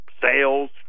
Sales